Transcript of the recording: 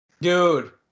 Dude